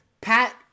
Pat